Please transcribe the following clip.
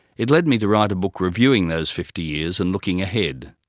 it led me to write a book reviewing those fifty years and looking ahead.